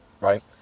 right